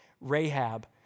Rahab